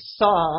saw